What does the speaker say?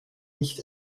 nicht